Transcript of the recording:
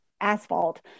asphalt